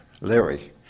Larry